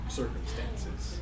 circumstances